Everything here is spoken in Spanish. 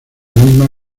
misma